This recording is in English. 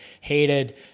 hated